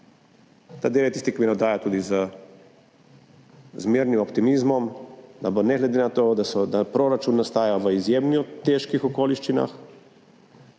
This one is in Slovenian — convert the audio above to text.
Ta del je tisti, ki me navdaja tudi z zmernim optimizmom, da bo ne glede na to, da proračun nastaja v izjemno težkih okoliščinah,